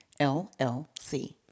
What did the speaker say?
LLC